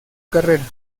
carrera